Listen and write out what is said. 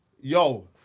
Yo